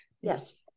Yes